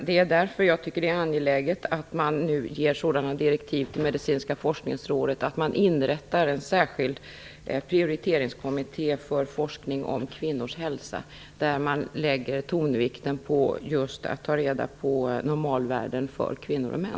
Därför tycker jag att det är angeläget att man ger direktiv till Medicinska forskningsrådet att inrätta en särskild prioriteringskommitté för forskning om kvinnors hälsa där man lägger tonvikten på att ta reda normalvärden för kvinnor och män.